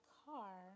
car